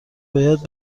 باید